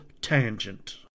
tangent